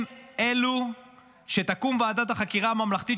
הם אלו שכשתקום ועדת החקירה הממלכתית,